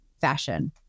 fashion